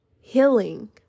Healing